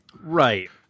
Right